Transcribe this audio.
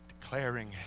Declaring